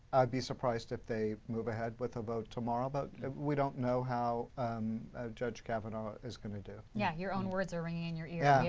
be surprised if they move ahead with the vote tomorrow. but we don't know how judge kavanaugh is going to do. yeah your own words are ringing in your ear.